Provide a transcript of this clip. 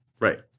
right